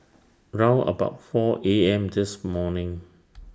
round about four A M This morning